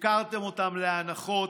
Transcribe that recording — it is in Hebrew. הפקרתם אותם לאנחות,